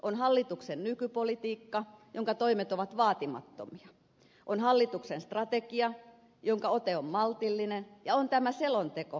on hallituksen nykypolitiikka jonka toimet ovat vaatimattomia on hallituksen strategia jonka ote on maltillinen ja on tämä selonteko joka on kunnianhimoinen